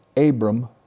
Abram